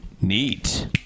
neat